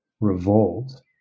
revolt